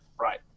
Right